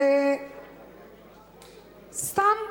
סתם,